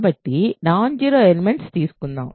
కాబట్టి non zero elements తీసుకుందాం